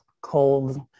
cold